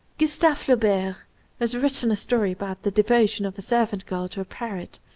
gustave flaubert has written a story about the devotion of a servant-girl to a parrot,